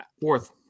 Fourth